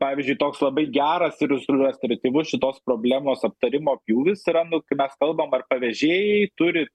pavyzdžiui toks labai geras ir iliustratyvus šitos problemos aptarimo pjūvis yra nu kai mes kalbam ar pavežėjai turi